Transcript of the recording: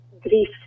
grief